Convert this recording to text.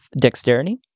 dexterity